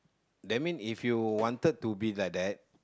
that mean if you wanted to be like that